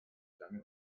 lange